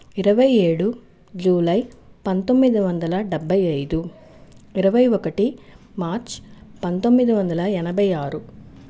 ఇరవై ఏడు జూలై పంతొమ్మిది వందల డెబ్బై ఐదు ఇరవై ఒకటి మార్చ్ పంతొమ్మిది వందల ఎనభై ఆరు